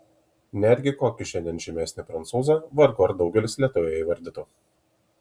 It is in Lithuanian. netgi kokį šiandien žymesnį prancūzą vargu ar daugelis lietuvoje įvardytų